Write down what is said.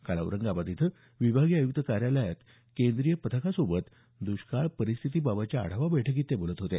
काल औरंगाबाद इथं विभागीय आयुक्त कार्यालयात केंद्रीय पथकासोबत दुष्काळ परिस्थितीबाबतच्या आढावा बैठकीत ते बोलत होते